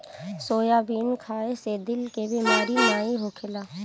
soybean खाए से दिल के बेमारी नाइ होखेला